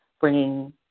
bringing